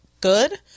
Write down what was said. good